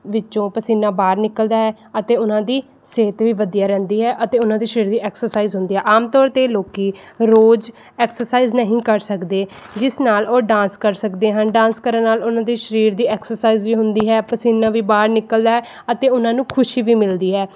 ਵਿੱਚੋਂ ਪਸੀਨਾ ਬਾਹਰ ਨਿਕਲਦਾ ਹੈ ਅਤੇ ਉਹਨਾਂ ਦੀ ਸਿਹਤ ਵੀ ਵਧੀਆ ਰਹਿੰਦੀ ਹੈ ਅਤੇ ਉਹਨਾਂ ਦੇ ਸਰੀਰ ਦੀ ਐਕਸਰਸਾਈਜ਼ ਹੁੰਦੀ ਆ ਆਮ ਤੌਰ 'ਤੇ ਲੋਕ ਰੋਜ਼ ਐਕਸਰਸਾਈਜ਼ ਨਹੀਂ ਕਰ ਸਕਦੇ ਜਿਸ ਨਾਲ ਉਹ ਡਾਂਸ ਕਰ ਸਕਦੇ ਹਨ ਡਾਂਸ ਕਰਨ ਨਾਲ ਉਹਨਾਂ ਦੇ ਸਰੀਰ ਦੀ ਐਕਸਰਸਾਈਜ਼ ਵੀ ਹੁੰਦੀ ਹੈ ਪਸੀਨਾ ਵੀ ਬਾਹਰ ਨਿਕਲਦਾ ਹੈ ਅਤੇ ਉਹਨਾਂ ਨੂੰ ਖੁਸ਼ੀ ਵੀ ਮਿਲਦੀ ਹੈ